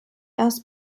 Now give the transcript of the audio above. erst